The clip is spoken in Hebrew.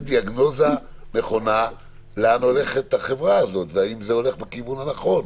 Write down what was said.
דיאגנוזה נכונה לאן הולכת החברה הזאת והאם זה בכיוון הנכון.